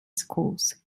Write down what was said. schools